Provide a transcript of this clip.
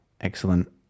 Excellent